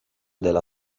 della